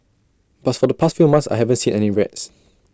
but for the past few months I haven't seen any rats